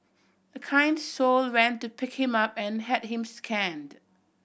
a kind soul went to pick him up and had him scanned